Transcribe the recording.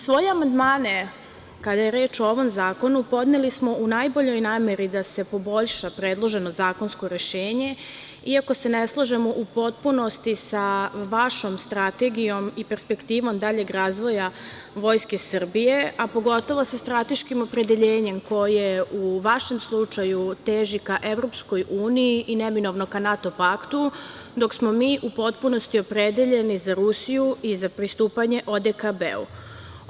Svoje amandmane kada je reč o ovom zakonu podneli smo u najboljoj nameri da se poboljša predloženo zakonsko rešenje iako se ne slažemo u potpunosti sa vašom strategijom i perspektivom daljeg razvoja Vojske Srbije, a pogotovo sa strateškim opredeljenjem koje u vašem slučaju teži ka EU i neminovno ka NATO paktu, dok smo mi u potpunosti opredeljeni za Rusiju i za pristupanje ODKB-u.